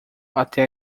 até